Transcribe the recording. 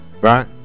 Right